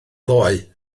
ddoe